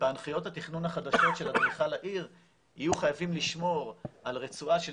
ובהנחיות התכנון החדשות של אדריכל העיר יהיו חייבים לשמור על רצועה של